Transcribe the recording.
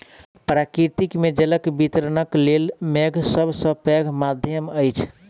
प्रकृति मे जलक वितरणक लेल मेघ सभ सॅ पैघ माध्यम अछि